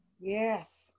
yes